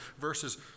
Verses